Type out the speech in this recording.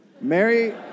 Mary